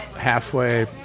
halfway